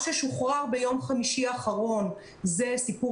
מה ששוחרר ביום חמישי האחרון זה סיפור